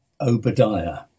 Obadiah